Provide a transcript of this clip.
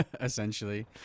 essentially